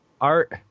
Art